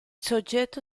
soggetto